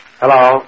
Hello